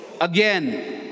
Again